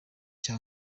cya